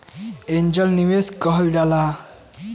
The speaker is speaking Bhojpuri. एंजल निवेस कहल जाला